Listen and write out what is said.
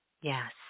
Yes